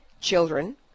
children